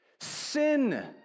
sin